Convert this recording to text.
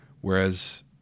whereas